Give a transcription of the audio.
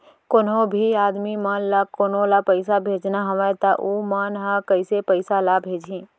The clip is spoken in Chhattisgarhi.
कोन्हों भी आदमी मन ला कोनो ला पइसा भेजना हवय त उ मन ह कइसे पइसा ला भेजही?